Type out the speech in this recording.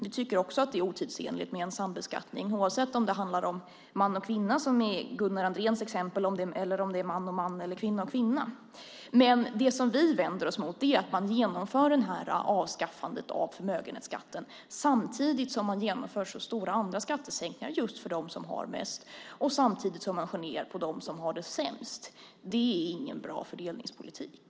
Vi tycker också att det är otidsenligt med en sambeskattning, oavsett om det handlar om man och kvinna, som i Gunnar Andréns exempel, eller om det är man och man eller kvinna och kvinna. Det vi vänder oss mot är att avskaffandet av förmögenhetsskatten genomförs samtidigt som stora skattesänkningar genomförs just för dem som har mest och samtidigt som man skär ned för dem som har det sämst. Det är ingen bra fördelningspolitik.